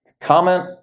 Comment